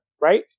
right